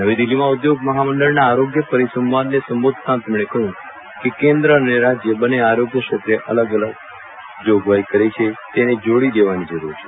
નવી દિલ્હીમાં ઉદ્યોગ મહામંડળના આરોગ્ય પરિસંવાદને સંબોધતાં તેમણે કહ્યું કે કેન્દ્ર અને રાજ્ય બંને આરોગ્ય ક્ષેત્રે અલગ અલગ જોગવાઈ કરી છે તેને દેવાની જરૂર છે